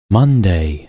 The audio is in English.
Monday